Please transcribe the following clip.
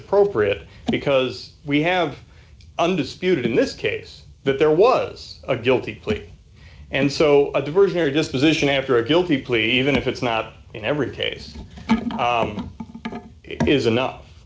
appropriate because we have undisputed in this case that there was a guilty plea and so a diversionary disposition after a guilty plea even if it's not in every case is enough